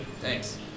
Thanks